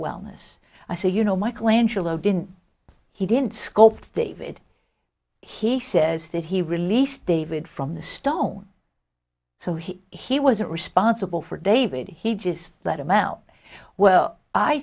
wellness i say you know michelangelo didn't he didn't sculpt david he says that he released david from the stone so he he wasn't responsible for david he just let him out well i